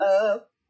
up